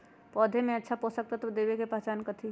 पौधा में अच्छा पोषक तत्व देवे के पहचान कथी हई?